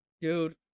Dude